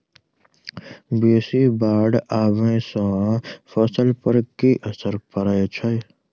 बेसी बाढ़ आबै सँ फसल पर की असर परै छै?